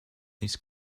this